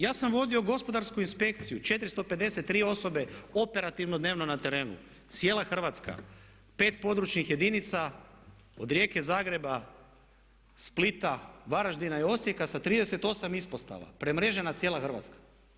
Ja sam vodio Gospodarsku inspekciju, 453 osobe operativno dnevno na terenu, cijela Hrvatska, 5 područnih jedinica od Rijeke, Zagreba, Splita, Varaždina i Osijeka sa 38 ispostava, premrežena cijela Hrvatska.